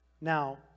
Now